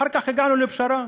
אחר כך הגענו לפשרה.